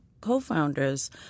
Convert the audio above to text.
co-founders